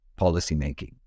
policymaking